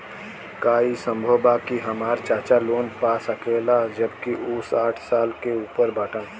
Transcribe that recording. का ई संभव बा कि हमार चाचा लोन पा सकेला जबकि उ साठ साल से ऊपर बाटन?